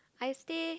I stay